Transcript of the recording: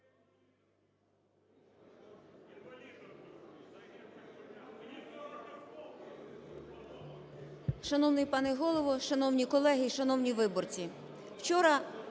Шановний пане Голово, шановні колеги, шановні виборці!